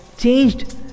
Changed